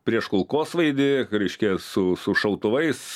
prieš kulkosvaidį reiškia su su šautuvais